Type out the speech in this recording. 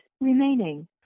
remaining